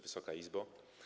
Wysoka Izbo!